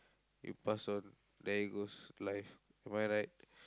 you pass on there it goes life am I right